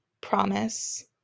promise